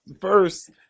first